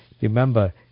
remember